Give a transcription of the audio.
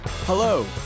Hello